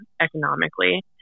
economically